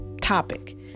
topic